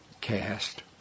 Cast